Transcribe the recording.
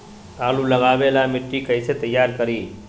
आलु लगावे ला मिट्टी कैसे तैयार करी?